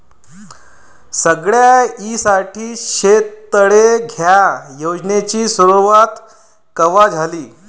सगळ्याइसाठी शेततळे ह्या योजनेची सुरुवात कवा झाली?